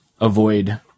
avoid